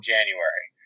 January